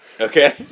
Okay